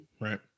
right